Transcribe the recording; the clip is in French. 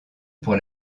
pour